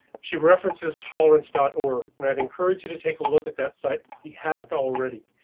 she references tolerance dot org and i'd encourage you to take a look at that site if you haven't already.